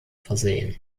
versehen